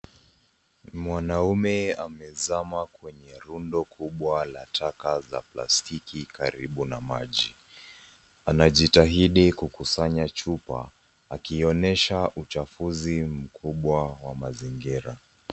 Mwanaume amezama kwenye rundu kubwa la taka za plastiki karibu na maji. Anajitahidi kukusanya chupa akionyesha uchafuzi mkubwa wa mazingira.